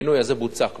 הפינוי הזה בוצע כבר.